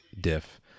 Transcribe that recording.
diff